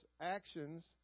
actions